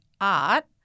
Art